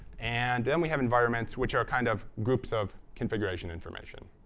and then we have environments, which are kind of groups of configuration information.